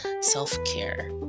self-care